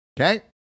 Okay